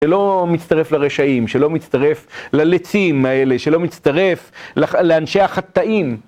שלא מצטרף לרשעים, שלא מצטרף ללצים האלה, שלא מצטרף לח... לאנשי החטאים.